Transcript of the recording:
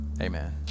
Amen